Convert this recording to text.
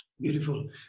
Beautiful